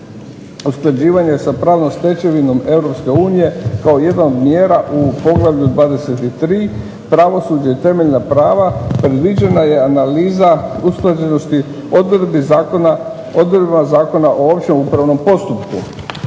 usklađivanje sa pravnom stečevinom Europske unije kao jedna od mjera u poglavlju 23.-Pravosuđe i temeljna prava predviđena je analiza usklađenosti odredbama Zakona o općem upravnom postupku.